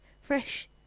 fresh